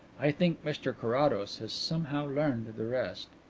i think mr carrados has somehow learned the rest.